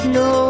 no